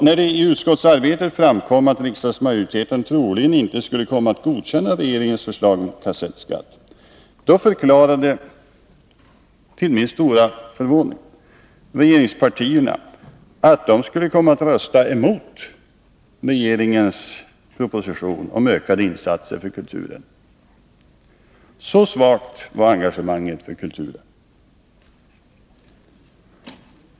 När det i utskottsarbetet framkom att riksdagsmajoriteten troligen inte skulle komma att godkänna regeringens förslag om kassettskatt, förklarade sig regeringspartierna, till min stora förvåning, beredda att rösta emot sin egen proposition om ökade insatser för kulturen. Så svagt var engagemanget för kulturen.